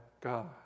God